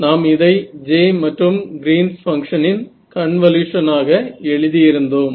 நாம் இதை J மற்றும் கிரீன்ஸ் பங்க்ஷன் Green's function இன் கன்வலுயுஷன் ஆக எழுதியிருந்தோம்